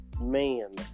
Man